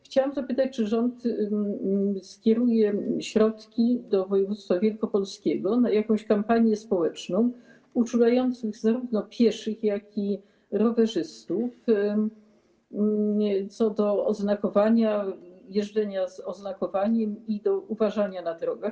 Chciałam zapytać, czy rząd skieruje środki do województwa wielkopolskiego na jakąś kampanię społeczną uczulającą zarówno pieszych, jak i rowerzystów, w kwestii oznakowania, jeżdżenia z oznakowaniem i uważania na drogach.